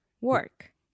Work